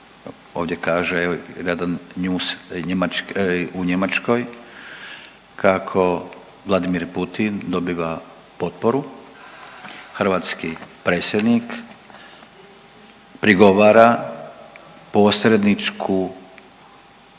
jedan njuz u Njemačkoj kako Vladimir Putin dobiva potporu, hrvatski predsjednik prigovora posredničku